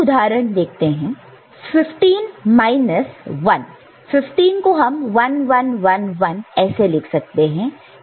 15 minus 1 15 को हम 1 1 1 1 ऐसे लिख सकते हैं